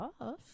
off